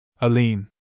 Aline